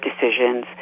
decisions